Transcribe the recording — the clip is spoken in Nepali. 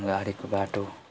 गाडीको बाटो